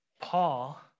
Paul